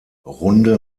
runde